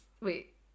Wait